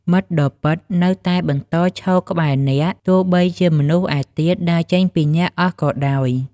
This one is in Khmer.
មិត្តដ៏ពិតនៅតែបន្តឈរក្បែរអ្នក ទោះបីជាមនុស្សឯទៀតដើរចេញពីអ្នកអស់ក៏ដោយ។